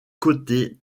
côté